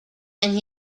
and